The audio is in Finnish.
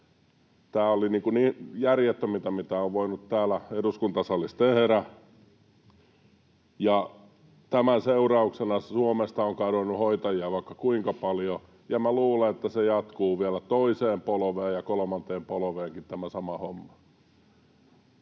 Tämä oli järjettömintä, mitä on voinut täällä eduskuntasalissa tehdä, ja tämän seurauksena Suomesta on kadonnut hoitajia vaikka kuinka paljon, ja minä luulen, että se jatkuu vielä toiseen polveen ja kolmanteenkin polveen tämä sama homma.